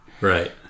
Right